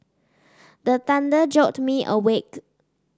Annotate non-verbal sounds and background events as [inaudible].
[noise] the thunder jolt me awake